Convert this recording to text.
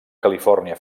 califòrnia